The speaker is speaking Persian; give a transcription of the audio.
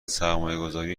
سرمایهگذاری